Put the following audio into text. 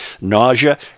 nausea